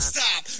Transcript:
Stop